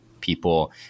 people